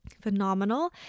phenomenal